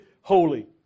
holy